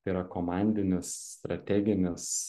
tai yra komandinis strateginis